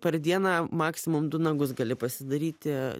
per dieną maksimum du nagus gali pasidaryti